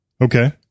Okay